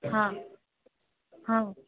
हँ हँ